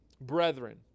brethren